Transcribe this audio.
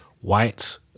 white